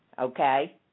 okay